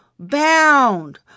bound